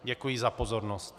Děkuji za pozornost.